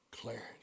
clarity